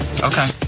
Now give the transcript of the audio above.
Okay